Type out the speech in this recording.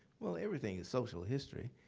well, everything is social history,